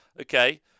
Okay